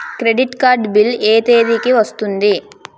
Credit card bill ఎ తేదీ కి వస్తుంది?